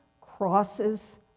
crosses